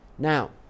Now